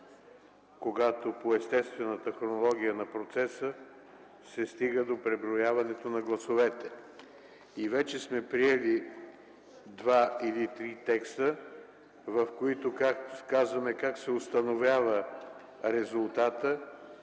когато по естествената хронология на процеса се стига до преброяването на гласовете. Вече сме приели два или три текста, в които казваме как се установява резултатът,